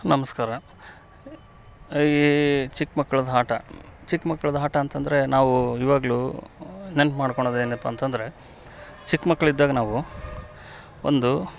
ನಮಸ್ಕಾರ ಈ ಚಿಕ್ಕ ಮಕ್ಳದ್ದು ಆಟ ಚಿಕ್ಕ ಮಕ್ಳದು ಆಟ ಅಂತಂದರೆ ನಾವು ಇವಾಗಲು ನೆನ್ಪು ಮಾಡ್ಕೋಳೋದ್ ಏನಪ್ಪ ಅಂತಂದರೆ ಚಿಕ್ಕ ಮಕ್ಕಳಿದ್ದಾಗ ನಾವು ಒಂದು